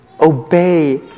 obey